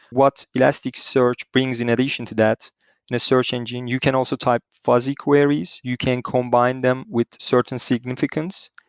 what elasticsearch brings in addition to that in a search engine, you can also type fuzzy queries. you can combine them with certain significance.